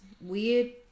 weird